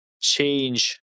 change